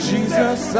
Jesus